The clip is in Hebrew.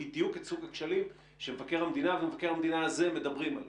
עולה בדיוק סוג הכשלים שמבקר המדינה מדבר עליהם.